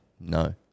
no